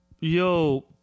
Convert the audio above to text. Yo